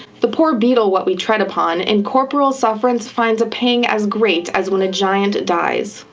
the poor beetle what we tread upon, in corporal sufferance finds a pang as great, as when a giant dies.